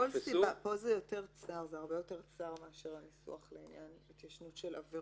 פה זה הרבה יותר צר מאשר הניסוח לעניין התיישנות של עבירות.